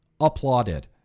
applauded